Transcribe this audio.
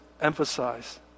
emphasize